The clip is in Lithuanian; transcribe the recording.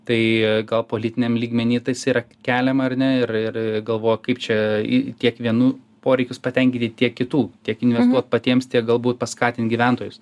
tai gal politiniam lygmeny tas yra keliama ar ne ir ir galvoju kaip čia į tiek vienų poreikius patenkinti tiek kitų tiek investuot patiems tiek galbūt paskatint gyventojus